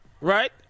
right